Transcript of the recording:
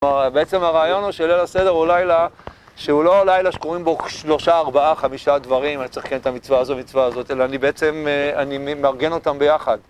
כלומר, בעצם הרעיון של ליל הסדר הוא לילה שהוא לא לילה שקוראים בו שלושה, ארבעה, חמישה דברים אני צריך להכין את המצווה הזאת ומצווה הזאת, אלא אני בעצם אני מארגן אותם ביחד